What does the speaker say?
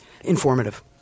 informative